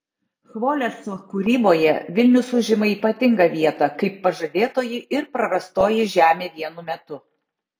chvoleso kūryboje vilnius užima ypatingą vietą kaip pažadėtoji ir prarastoji žemė vienu metu